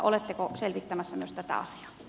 oletteko selvittämässä myös tätä asiaa